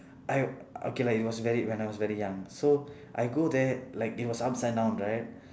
I okay lah it was very when I was very young so I go there like it was upside down right